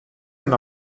and